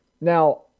Now